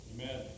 Amen